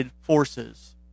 forces